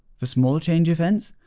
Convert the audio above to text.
for small change events,